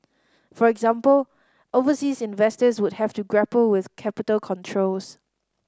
for example overseas investors would have to grapple with capital controls